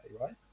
right